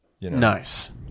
Nice